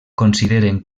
consideren